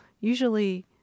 usually